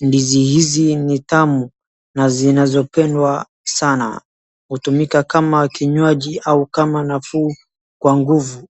Ndizi hizi ni tamu na zinazopendwa sana hutumika kama kinywaji au kama nafuu kwa nguvu.